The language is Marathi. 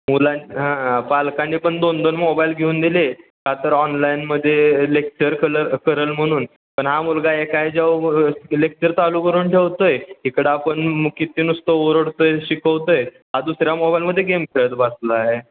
मुलांच् हां पालकांनी पण दोन दोन मोबाईल घेऊन दिले का तर ऑनलाईनमध्ये लेक्चर कलर करल म्हणून पण हा मुलगा एका जेव लेक्चर चालू करून ठेवतो आहे इकडं आपण किती नुसतं ओरडतोय शिकवतोय हा दुसऱ्या मोबाईलमध्ये गेम खेळत बसला आहे